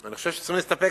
אני חושב שצריכים להסתפק